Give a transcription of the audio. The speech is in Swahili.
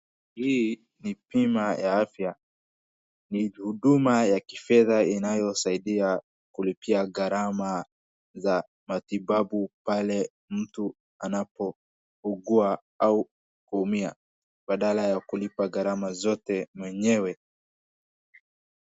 Hii ni bima ya afya. Ni huduma ya kifedha inayo saidia kulipia gharama za matibabu pale mtu anapo ugua au kuumia badala ya kulipa gharama zote mwenyewe.